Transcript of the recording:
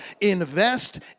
invest